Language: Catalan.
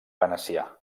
venecià